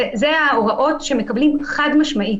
אלה ההוראות שמקבלים חד-משמעית.